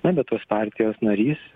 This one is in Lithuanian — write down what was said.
na bet tos partijos narys